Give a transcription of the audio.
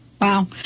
Wow